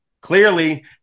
clearly